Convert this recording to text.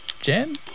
Jen